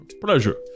Pleasure